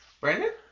Brandon